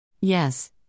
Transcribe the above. Yes